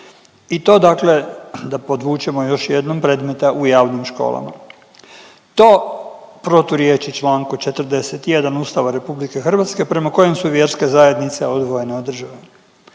i to dakle da podvučemo još jednom predmeta u javnim školama. To proturječi čl. 41. Ustava RH prema kojem su vjerske zajednice odvojene od države.